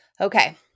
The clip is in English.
Okay